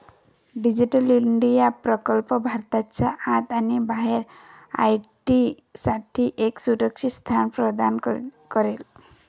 digital India प्रकल्प भारताच्या आत आणि बाहेर आय.टी साठी एक सुरक्षित स्थान प्रदान करेल